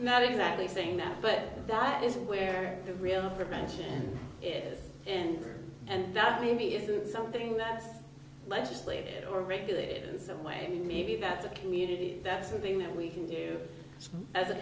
not exactly saying that but that is where the real prevention is and and that maybe is that something that legislators are regulated in some way and maybe that's a community that's something that we can do as a